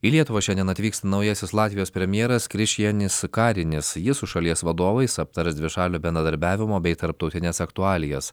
į lietuvą šiandien atvyks naujasis latvijos premjeras krišjanis karenis jis su šalies vadovais aptars dvišalio bendradarbiavimo bei tarptautines aktualijas